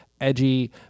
edgy